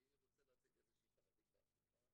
אני רוצה להציג איזושהי פרדיגמה הפוכה.